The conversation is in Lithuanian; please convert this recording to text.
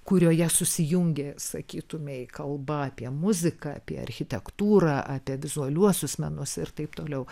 kurioje susijungė sakytumei kalba apie muziką apie architektūrą apie vizualiuosius menus ir taip toliau